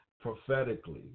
prophetically